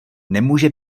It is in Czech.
nemůže